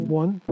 one